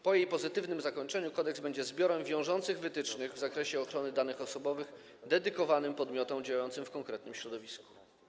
Po jej pozytywnym zakończeniu kodeks będzie zbiorem wiążących wytycznych w zakresie ochrony danych osobowych dedykowanym podmiotom działającym w konkretnym środowisku.